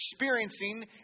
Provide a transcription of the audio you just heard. experiencing